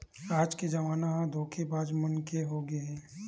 आज के जमाना ह धोखेबाज मन के होगे हे